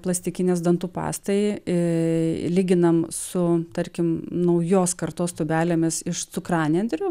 plastikinės dantų pastai a lyginam su tarkim naujos kartos tūbelėmis iš cukranendrių